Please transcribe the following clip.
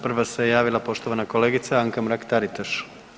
Prva se javila poštovana kolegica Anka Mrak-Taritaš.